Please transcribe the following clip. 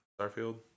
Starfield